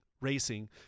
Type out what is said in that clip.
racing